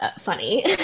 funny